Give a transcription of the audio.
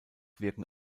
wirken